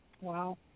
Wow